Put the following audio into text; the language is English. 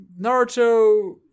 Naruto